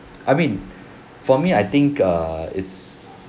I mean for me I think err it's